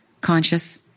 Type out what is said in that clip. conscious